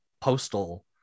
postal